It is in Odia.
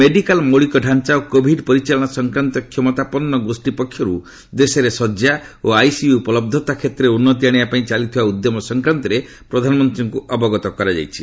ମେଡିକାଲ ମୌଳିକ ଢାଞ୍ଚା ଓ କୋଭିଡ ପରିଚାଳନା ସଂକ୍ରାନ୍ତ କ୍ଷମତାପନ୍ନ ଗୋଷୀ ପକ୍ଷରୁ ଦେଶରେ ଶଯ୍ୟା ଓ ଆଇସିୟୁ ଉପଲବ୍ଧତା କ୍ଷେତ୍ରରେ ଉନ୍ନତି ଆଶିବା ପାଇଁ ଚାଲିଥିବା ଉଦ୍ୟମ ସଫ୍ରାନ୍ତରେ ପ୍ରଧାନମନ୍ତ୍ରୀଙ୍କୁ ଅବଗତ କରାଯାଇଛି